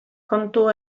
kontu